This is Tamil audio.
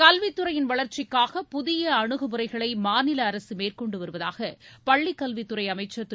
கல்வித்துறையின் வளர்ச்சிக்காக புதிய அணுகுமுறைகளை மாநில அரசு மேற்கொண்டு வருவதாக பள்ளிக் கல்வித்துறை அமைச்சர் திரு